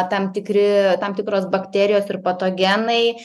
tam tikri tam tikros bakterijos ir patogenai